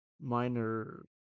minor